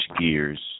gears